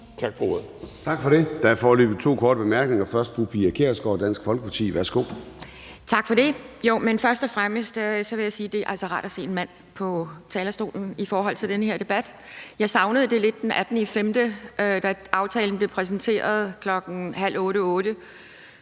Tak for det. Der er foreløbig to korte bemærkninger. Først er det fru Pia Kjærsgaard, Dansk Folkeparti. Værsgo. Kl. 09:27 Pia Kjærsgaard (DF): Tak for det. Først og fremmest vil jeg sige, at det altså er rart at se en mand på talerstolen i den her debat. Jeg savnede det lidt den 18. maj, da aftalen blev præsenteret kl. 19.30 eller